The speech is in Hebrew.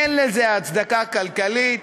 אין לזה הצדקה כלכלית,